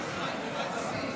ההצבעה.